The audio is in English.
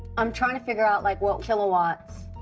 i'm trying to figure out, like, what kilowatts,